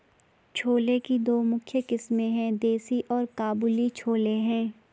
छोले की दो मुख्य किस्में है, देसी और काबुली छोले हैं